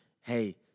hey